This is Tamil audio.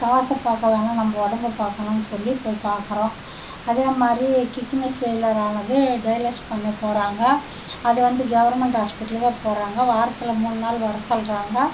காசை பார்க்க வேணாம் நம்ப உடம்ப பார்க்கணுன் சொல்லி போய் பார்க்கறோம் அதே மாதிரி கிக்கினி ஃபெய்லியர் ஆனது டெய்லஸ் பண்ண போறாங்க அது வந்து கவுருமெண்ட் ஹாஸ்பிட்டலுக்கே போறாங்க வாரத்தில் மூண் நாள் வர சொல்கிறாங்க